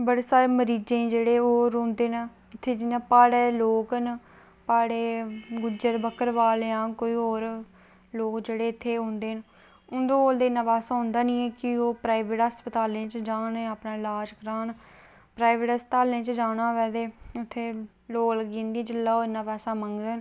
बड़े सारे मरीज़ें गी जेह्ड़े ओह् रौंह्दे न इत्थै जि'यां प्हाड़ें दे लोक न गुज्जर बक्करबाल जां कोई होर लोक जेह्ड़े इत्थै औंदे न ते उं'दे कोल इन्ना पैसा ते होंदा निं ऐ की ओह् कोई प्राईवेट अस्पताल जाह्न ते अपना ईलाज करान प्राईवेट अस्पतालें जेल्लै जाना होऐ ते उत्थै लोऽ लग्गी जंदी जेल्लै उत्थै इन्ना पैसा मंगङन